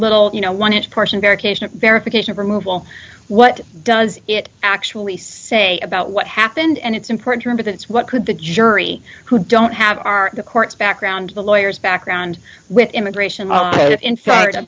little you know one inch person verification of removal what does it actually say about what happened and it's important to me that's what could the jury who don't have are the court's background the lawyers background with immigration law in florida